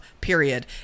period